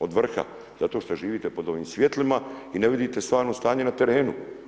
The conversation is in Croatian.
Od vrha, zato što živite pod ovim svijetlima i ne vidite stvarno stanje na terenu.